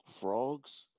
Frogs